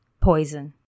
poison